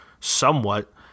somewhat